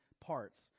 parts